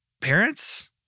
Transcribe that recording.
Parents